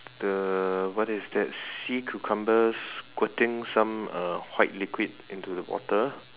the what is that sea cucumbers squirting some uh white liquid into the water